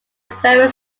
very